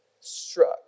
struck